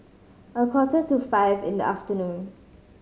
a quarter to five in the afternoon